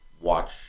watch